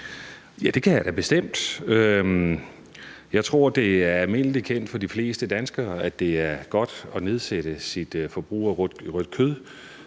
Ja, det kan jeg da bestemt. Jeg tror, det er almindelig kendt for de fleste danskere, at det er godt at nedsætte sit forbrug af rødt kød.